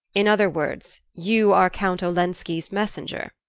in other words you are count olenski's messenger?